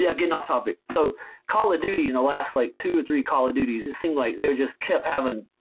yeah getting off topic. so call of duty, in the last like two or three call of duty's, it seemed like they just kept having,